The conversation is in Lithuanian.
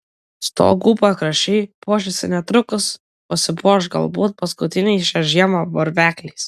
stogų pakraščiai puošiasi netrukus pasipuoš galbūt paskutiniais šią žiemą varvekliais